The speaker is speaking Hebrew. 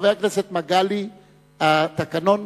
חבר הכנסת מגלי והבה, התקנון